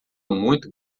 muito